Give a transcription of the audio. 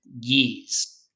years